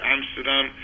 Amsterdam